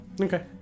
Okay